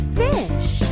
fish